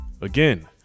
again